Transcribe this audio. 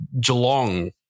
Geelong